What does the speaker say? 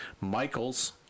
Michaels